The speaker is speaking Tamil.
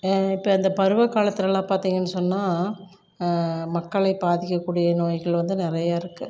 இப்போ இந்த பருவ காலத்துலலாம் பார்த்திங்கன்னு சொன்னால் மக்களை பாதிக்கக்கூடிய நோய்கள் வந்து நிறையா இருக்கு